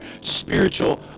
spiritual